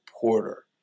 Porter